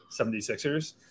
76ers